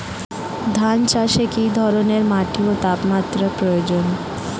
ধান চাষে কী ধরনের মাটি ও তাপমাত্রার প্রয়োজন?